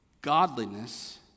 Godliness